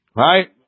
right